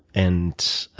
and,